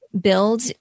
Build